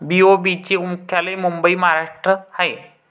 BOB चे मुख्यालय मुंबई महाराष्ट्रात आहे